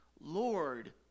Lord